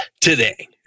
today